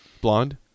Blonde